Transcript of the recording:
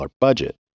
budget